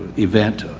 event,